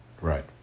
right